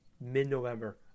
mid-November